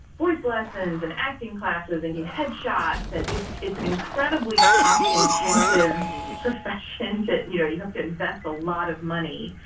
voice lessons and acting classes and new headshots. and it's it's an incredibly cost-intensive profession to you know, you have to invest a lot of money,